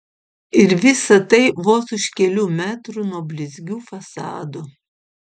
ir visa tai vos už kelių metrų nuo blizgių fasadų